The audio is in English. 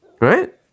right